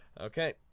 Okay